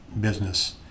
business